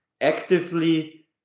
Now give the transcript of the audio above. actively